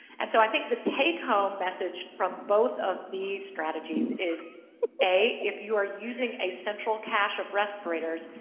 and so i think the take home message from both of these strategies is a, if you are using a central cache of respirators,